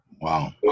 Wow